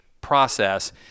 process